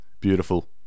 Beautiful